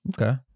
Okay